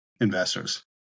investors